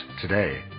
today